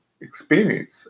experience